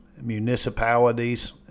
municipalities